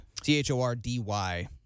t-h-o-r-d-y